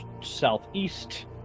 southeast